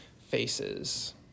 faces